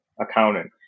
accountant